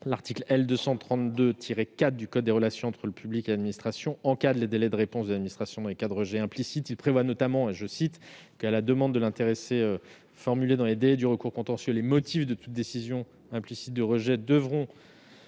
L'article L. 232-4 du code des relations entre le public et administration encadre les délais de réponse de l'administration dans les cas de rejet implicite. Il prévoit notamment :«[...], à la demande de l'intéressé, formulée dans les délais du recours contentieux, les motifs de toute décision implicite de rejet devront